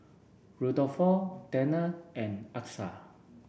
Rudolfo Tanner and Achsah